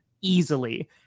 easily